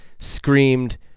screamed